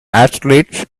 athletes